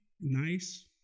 nice